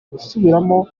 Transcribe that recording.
gusubiramo